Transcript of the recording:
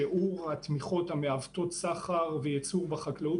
שיעור התמיכות מעוותות הסחר והייצור בחקלאות